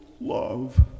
love